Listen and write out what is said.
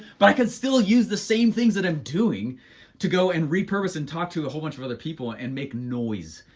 but i could still use the same things that i'm doing to go and repurpose and talk to a whole bunch of other people and make noise,